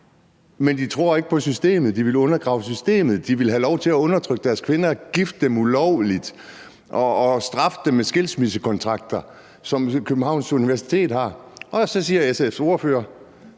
men de tror ikke på systemet, de vil undergrave systemet, de vil have lov til at undertrykke deres kvinder, bortgifte dem ulovligt og straffe dem med skilsmissekontrakter, som Københavns Universitet har påpeget. Så siger SF's ordfører,